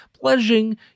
pledging